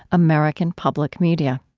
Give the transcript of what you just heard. american public media